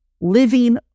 living